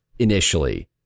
Initially